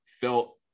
felt